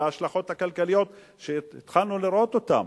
וההשלכות הכלכליות שהתחלנו לראות אותן,